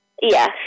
Yes